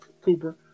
Cooper